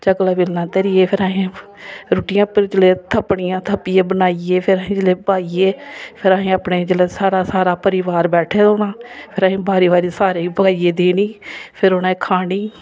चकला बेलना धरियै फिर अहें रुट्टियां जेल्लै थपनियां थप्पियै बनाइयै फिर अहें जेल्लै पाइयै फिर अहें अपने जेल्लै सारा सारा परिवार बैठे दा होना फिर अहें बारी बारी सारें गी पकाइयै देनी फिर उ'नें खानी